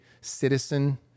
citizen